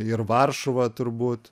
ir varšuva turbūt